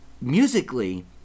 Musically